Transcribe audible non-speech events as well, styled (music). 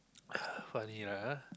(noise) funny ah